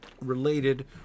related